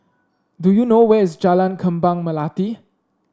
do you know where is Jalan Kembang Melati